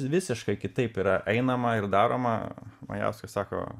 visiškai kitaip yra einama ir daroma majauskas sako